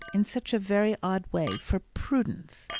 in such a very odd way, for prudence.